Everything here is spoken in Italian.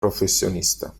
professionista